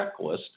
checklist